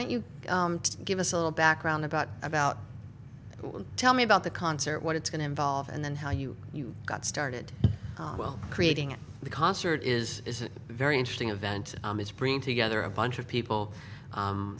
don't you give us a little background about about tell me about the concert what it's going to involve and then how you got started well creating the concert is very interesting event it's bringing together a bunch of people